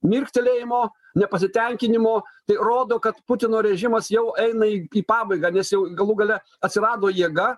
mirktelėjimo nepasitenkinimo tai rodo kad putino režimas jau eina į į pabaigą nes jau galų gale atsirado jėga